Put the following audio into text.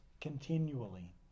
continually